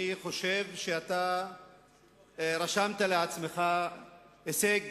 אני חושב שרשמת לעצמך הישג